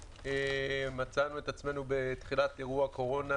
מצאנו את עצמנו בתחילת אירוע הקורונה,